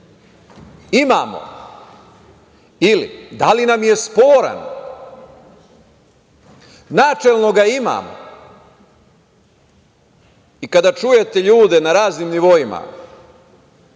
imamo, ili da li nam je sporan? Načelno ga imamo. Kada čujete ljude na raznim nivoima,